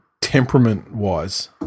temperament-wise